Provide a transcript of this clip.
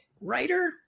writer